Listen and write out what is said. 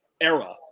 era